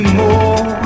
more